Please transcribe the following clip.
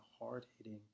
hard-hitting